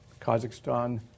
Kazakhstan